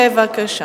בבקשה.